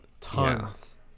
tons